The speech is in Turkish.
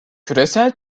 küresel